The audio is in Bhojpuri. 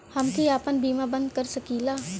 हमके आपन बीमा बन्द कर सकीला?